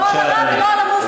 לא על הרב ולא על המופתי.